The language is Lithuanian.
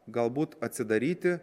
galbūt atsidaryti